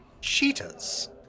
Cheetahs